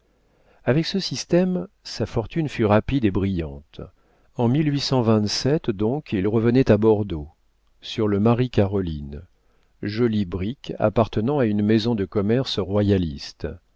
avec ce système sa fortune fut rapide et brillante en donc il revenait à bordeaux sur le marie caroline joli brick appartenant à une maison de commerce royaliste